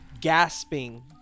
gasping